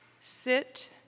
sit